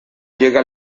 llega